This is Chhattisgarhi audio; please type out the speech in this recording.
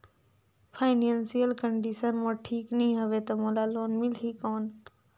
फाइनेंशियल कंडिशन मोर ठीक नी हवे तो मोला लोन मिल ही कौन??